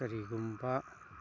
ꯀꯔꯤꯒꯨꯝꯕ